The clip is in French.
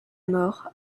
mort